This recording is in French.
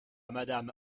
madame